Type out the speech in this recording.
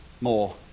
more